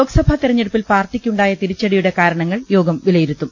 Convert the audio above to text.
ലോക്സഭാ തെരഞ്ഞെടുപ്പിൽ പാർട്ടിക്കുണ്ടായ തിരി ച്ചടിയുടെ കാരണങ്ങൾ യോഗം വിലയിരുത്തും